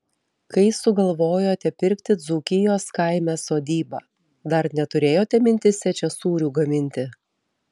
kai sugalvojote pirkti dzūkijos kaime sodybą dar neturėjote mintyse čia sūrių gaminti